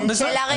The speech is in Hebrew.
שאלה רטורית.